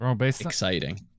exciting